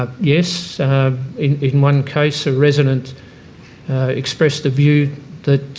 yes. in in one case a resident expressed a view that